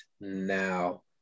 now